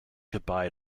goodbye